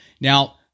Now